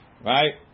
Right